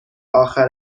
اخر